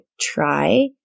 try